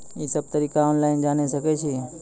ई सब तरीका ऑनलाइन जानि सकैत छी?